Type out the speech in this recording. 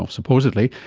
um supposedly,